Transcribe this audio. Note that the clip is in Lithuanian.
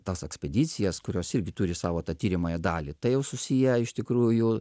tas ekspedicijas kurios irgi turi savo tą tiriamąją dalį tai jau susiję iš tikrųjų